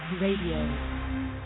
Radio